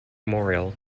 memorial